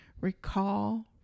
Recall